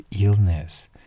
illness